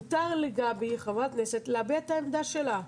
מותר לגבי, חברת הכנסת להביע את העמדה שלה.